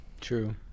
True